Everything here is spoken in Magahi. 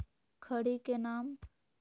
खड़ी के नाम?